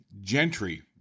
Gentry